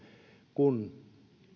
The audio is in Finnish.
kun